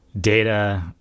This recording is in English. data